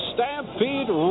Stampede